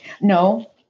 No